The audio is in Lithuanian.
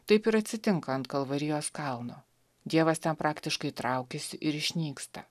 taip ir atsitinka ant kalvarijos kalno dievas ten praktiškai traukiasi ir išnyksta